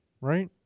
right